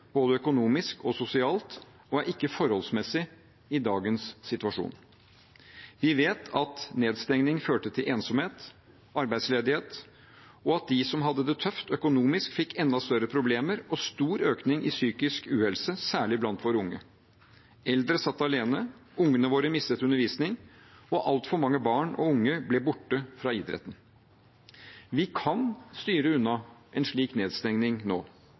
både økonomisk og sosialt, og er ikke forholdsmessig i dagens situasjon. Vi vet at nedstengning førte til ensomhet, arbeidsledighet, og at de som hadde det tøft økonomisk, fikk enda større problemer, og stor økning i psykisk uhelse – særlig blant våre unge. Eldre satt alene, ungene våre mistet undervisning, og altfor mange barn og unge ble borte fra idretten. Vi kan styre unna en slik nedstengning nå.